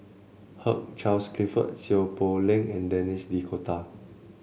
Hugh Charles Clifford Seow Poh Leng and Denis D'Cotta